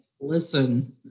listen